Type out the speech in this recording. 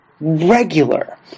regular